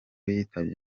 yitabye